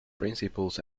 principles